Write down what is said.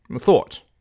thought